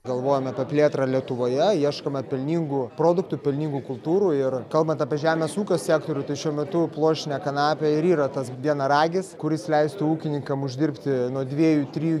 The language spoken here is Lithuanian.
galvojam apie plėtrą lietuvoje ieškome pelningų produktų pelningų kultūrų ir kalbant apie žemės ūkio sektorių tai šiuo metu pluoštinė kanapė ir yra tas vienaragis kuris leistų ūkininkam uždirbti nuo dviejų trijų